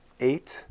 eight